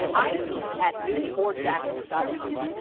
i team at news four jax dot com.